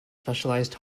specialized